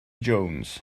jones